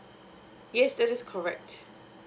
yes that is correct